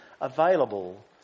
available